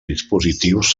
dispositius